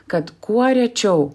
kad kuo rečiau